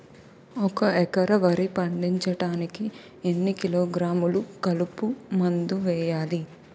ఒక ఎకర వరి పండించటానికి ఎన్ని కిలోగ్రాములు కలుపు మందు వేయాలి?